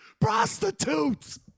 Prostitutes